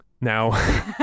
Now